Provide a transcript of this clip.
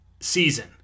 season